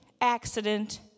accident